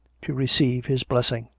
to receive his blessing.